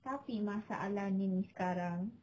tapi masalahnya ni sekarang